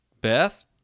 Beth